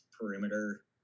perimeter